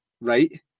right